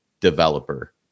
developer